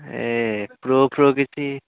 ଏ ପ୍ରୋ ଫ୍ରୋ କିଛି